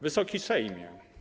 Wysoki Sejmie!